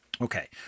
Okay